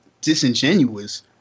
disingenuous